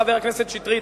חבר הכנסת שטרית,